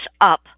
up